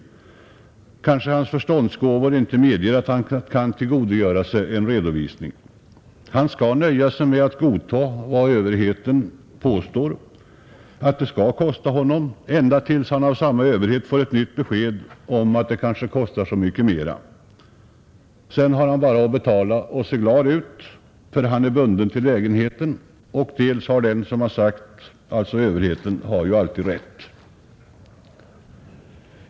Hans förståndsgåvor medger kanske inte att han kan tillgodogöra sig en redovisning. Han skall nöja sig med att godta vad överheten påstår att det skall kosta honom — ända till dess att han av samma överhet får ett nytt besked om att nu kostar det så och så mycket mera, Då har han bara att betala det och se glad ut, ty nu är han dels bunden till lägenheten, dels har överheten alltid rätt.